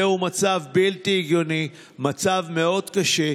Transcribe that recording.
זהו מצב בלתי הגיוני, מצב קשה מאוד.